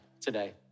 today